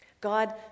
God